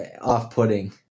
off-putting